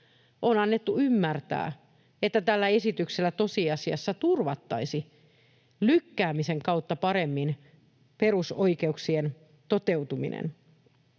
On annettu ymmärtää, että tällä esityksellä tosiasiassa turvattaisiin lykkäämisen kautta paremmin perusoikeuksien toteutuminen.